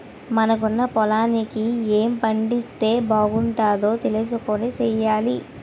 మనకున్న పొలానికి ఏ పంటైతే బాగుంటదో తెలుసుకొని సెయ్యాలి